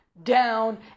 down